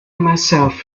myself